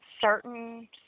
certain